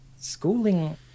schooling